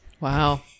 Wow